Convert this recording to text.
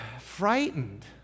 frightened